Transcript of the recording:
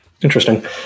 Interesting